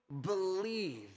believe